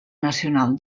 nacional